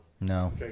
No